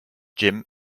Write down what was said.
jim